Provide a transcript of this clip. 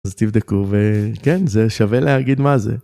תבדקו וכן זה שווה להגיד מה זה.